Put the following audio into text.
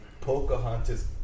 Pocahontas